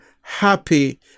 happy